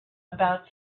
about